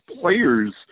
players